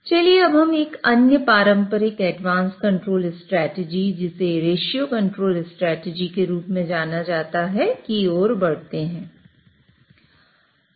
चलिए अब हम एक अन्य पारंपरिक एडवांस कंट्रोल स्ट्रेटजी जिसे रेश्यो कंट्रोल स्ट्रेटजी के रूप में जाना जाता है की ओर बढ़ते हैं